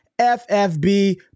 FFB